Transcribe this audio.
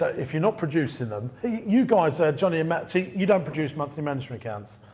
if you're not producing them. you guys ah johnny and maxie you don't produce monthly management accounts?